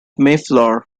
mayflower